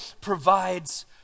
provides